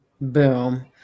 Boom